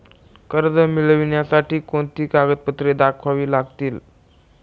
कर्ज मिळण्यासाठी कोणती कागदपत्रे दाखवावी लागतील?